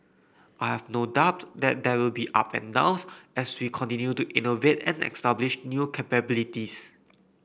I have no doubt that there will be up and downs as we continue to innovate and establish new capabilities